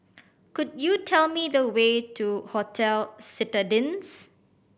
could you tell me the way to Hotel Citadines